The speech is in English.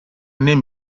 name